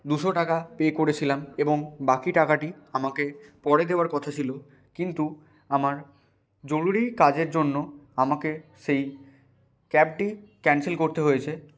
দুশো টাকা পে করেছিলাম এবং বাকি টাকাটি আমাকে পরে দেওয়ার কথা ছিল কিন্তু আমার জরুরি কাজের জন্য আমাকে সেই ক্যাবটি ক্যানসেল করতে হয়েছে